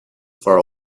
for